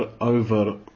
over